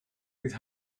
bydd